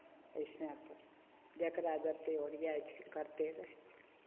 वइसे जकरा जतेक ओरियाइ छै करिते रहै छै